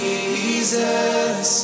Jesus